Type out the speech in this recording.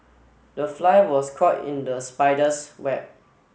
the fly was caught in the spider's web